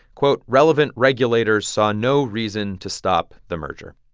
quote, relevant regulators saw no reason to stop the merger.